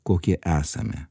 kokie esame